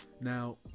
now